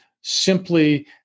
simply